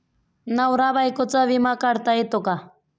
नवरा बायकोचा विमा काढता येतो का?